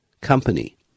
company